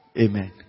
Amen